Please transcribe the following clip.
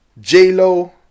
J-Lo